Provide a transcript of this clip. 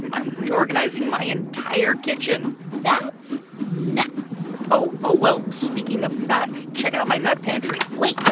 i'm reorganizing my entire kitchen that's nuts oh. oh. well, speaking of nuts, check out my nut pantry wait.